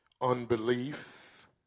unbelief